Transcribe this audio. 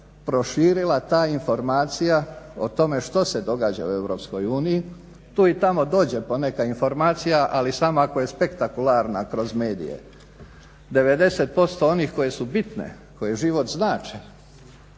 proširila ta informacija o tome što se događa u EU. Tu i tamo dođe poneka informacija, ali samo ako je spektakularna kroz medije. 90% onih koje su bitne, koje život znače